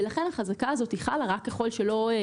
לכן החזקה הזאת חלה רק ככל שהיא לא נפתרת.